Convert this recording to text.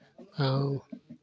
और